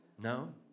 No